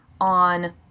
on